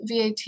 VAT